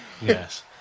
Yes